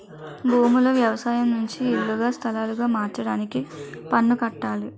భూములు వ్యవసాయం నుంచి ఇల్లుగా స్థలాలుగా మార్చడానికి పన్ను కట్టాలి